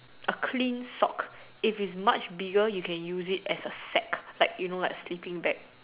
a clean sock if it's much bigger you can use it as a sack like you know like sleeping bag